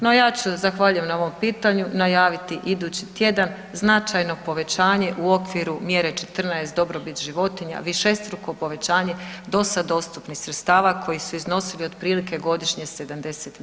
No ja ću, zahvaljujem na ovom pitanju, najaviti idući tjedan značajno povećanje u okviru Mjere 14 dobrobit životinja, višestruko povećanje do sad dostupnih sredstava koji su iznosili otprilike godišnje 70 milijuna kuna.